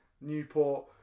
newport